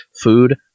food